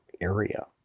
area